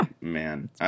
man